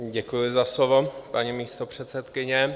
Děkuji za slovo, paní místopředsedkyně.